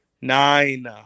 Nine